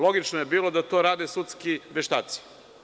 Logično je bilo da to rade sudski veštaci.